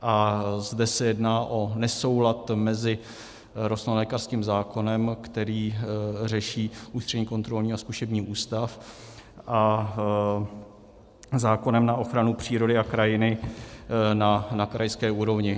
A zde se jedná o nesoulad mezi rostlinolékařským zákonem, který řeší Ústřední kontrolní a zkušební ústav, a zákonem na ochranu přírody a kraji na krajské úrovni.